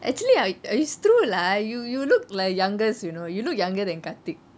actually I uh it's true lah you you look like youngest you know you look younger than karthik